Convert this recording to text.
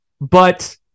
But-